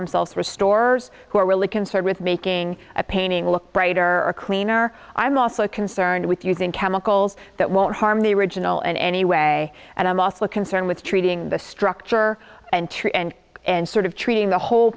themselves restorers who are really concerned with making a painting look brighter cleaner i'm also concerned with using chemicals that won't harm the original in any way and i'm also concerned with treating the structure and treat and and sort of treating the whole